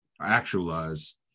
actualize